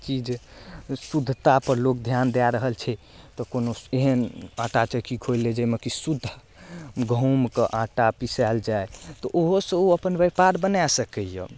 चीज शुद्धता पर लोक ध्यान दए रहल छै तऽ कोनो एहन आटा चक्की खोलि लै जै मऽ की शुद्ध गहूँमके आटा पिसायल जाएत तऽ ओहो सँ ओ अपन व्यापार बना सकैया